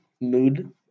mood